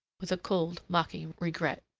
with a coldly mocking regret.